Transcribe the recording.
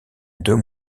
deux